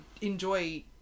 enjoy